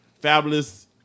Fabulous